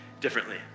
differently